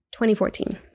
2014